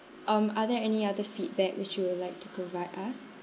um are there any other feedback which you would like to provide us